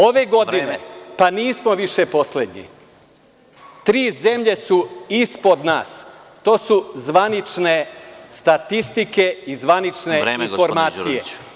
Ove godine nismo više poslednji, tri zemlje su ispod nas, to su zvanične statistike i zvanične informacije.